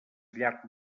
llarg